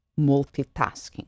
multitasking